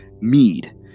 mead